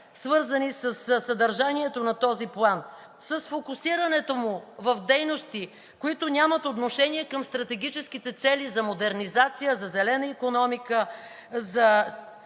свързани със съдържанието на този план, с фокусирането му в дейности, които нямат отношение към стратегическите цели за модернизация, за зелена икономика, за